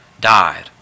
died